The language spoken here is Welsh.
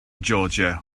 georgia